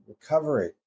recovery